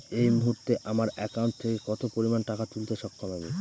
এই মুহূর্তে আমার একাউন্ট থেকে কত পরিমান টাকা তুলতে সক্ষম আমি?